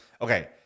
Okay